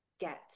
get